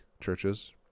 churches